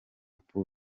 pool